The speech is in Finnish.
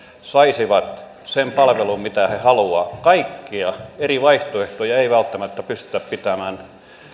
saisivat sen palvelun mitä he haluavat kaikkia eri vaihtoehtoja ei välttämättä pystytä pitämään